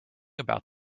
about